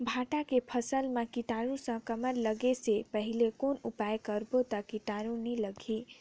भांटा के फसल मां कीटाणु संक्रमण लगे से पहले कौन उपाय करबो ता कीटाणु नी लगही?